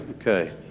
okay